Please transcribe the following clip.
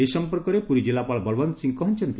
ଏ ସମ୍ପର୍କରେ ପୁରୀ ଜିଲ୍ଲାପାଳ ବଳବନ୍ତ ସିଂ କହିଛନ୍ତି